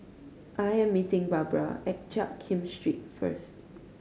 I am meeting Barbara at Jiak Kim Street first